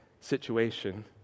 situation